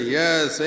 yes